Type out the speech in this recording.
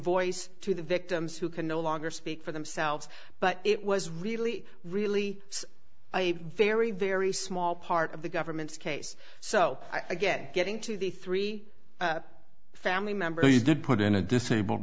voice to the victims who can no longer speak for themselves but it was really really a very very small part of the government's case so i get getting to the three family members did put in a disabled